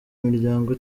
imiryango